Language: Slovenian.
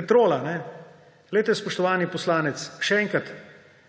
Petrola, spoštovani poslanec, še enkrat.